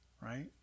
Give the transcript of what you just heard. right